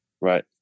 Right